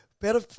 Pero